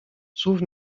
słów